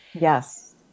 Yes